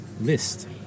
list